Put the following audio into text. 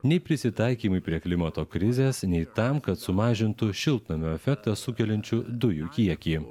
nei prisitaikymui prie klimato krizės nei tam kad sumažintų šiltnamio efektą sukeliančių dujų kiekį